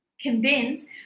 convince